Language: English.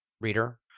reader